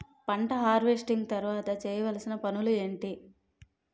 పంట హార్వెస్టింగ్ తర్వాత చేయవలసిన పనులు ఏంటి?